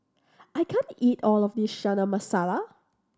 I can't eat all of this Chana Masala